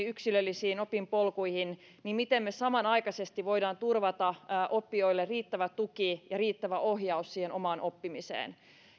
yksilöllisiin opintopolkuihin miten me samanaikaisesti voimme turvata oppijoille riittävän tuen ja riittävän ohjauksen siihen omaan oppimiseen